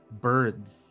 birds